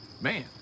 Man